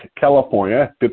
California